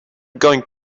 going